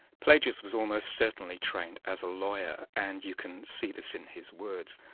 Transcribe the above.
pelagius was almost certainly trained as a lawyer and you can see this in his words.